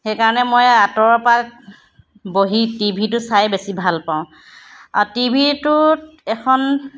সেইকাৰণে মই আঁতৰৰ পৰা বহি টি ভিটো চাই বেছি ভাল পাওঁ আৰু টি ভিটোত এখন